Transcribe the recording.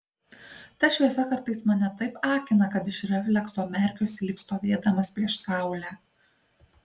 ta šviesa kartais mane taip akina kad iš reflekso merkiuosi lyg stovėdamas prieš saulę